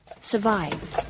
Survive